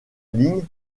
lignes